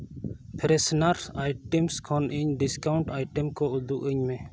freshener items ᱠᱷᱚᱱ ᱤᱧ discount ᱠᱚ ᱩᱫᱩᱜ ᱟᱹᱧ ᱢᱮ